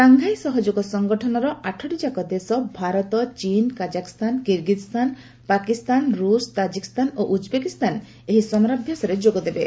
Shanghai ସହଯୋଗ ସଂଗଠନର ଆଠଟି ଯାକ ଦେଶ ଭାରତ ଚୀନ୍ କାଜାକସ୍ଥାନ କିର୍ଗିଜ୍ସ୍ଥାନ ପାକିସ୍ତାନ ରୁଷ ତାଜିକ୍ସ୍ତାନ ଓ ଉଜ୍ବେକିସ୍ତାନ ଏହି ସମରାଭ୍ୟାସରେ ଯୋଗ ଦେବେ